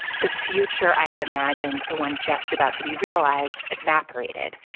the future i had imagined, the one just about to be realized, evaporated.